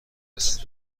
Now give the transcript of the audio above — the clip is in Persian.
است